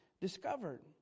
discovered